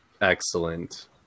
excellent